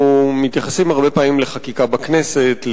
אנחנו מתייחסים הרבה פעמים לחקיקה בכנסת,